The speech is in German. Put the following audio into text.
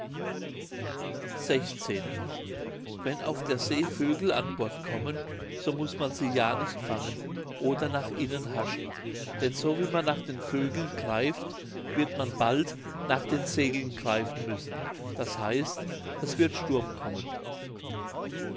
wenn auf der see vögel an bord kommen so muß man sie ja nicht fangen oder nach ihnen haschen denn so wie man nach den vögeln greift wird man bald nach den segeln greifen müssen d h es wird sturm kommen